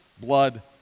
blood